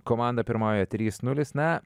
komanda pirmauja trys nulis na